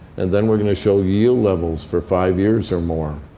and then we're going to show yield levels for five years or more.